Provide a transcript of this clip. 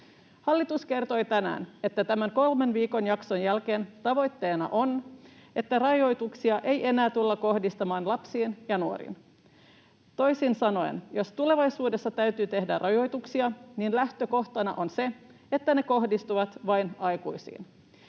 Hallitus kertoi tänään, että tämän kolmen viikon jakson jälkeen tavoitteena on, että rajoituksia ei enää tulla kohdistamaan lapsiin ja nuoriin. Toisin sanoen, jos tulevaisuudessa täytyy tehdä rajoituksia, niin lähtökohtana on se, että ne kohdistuvat vain aikuisiin.